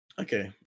okay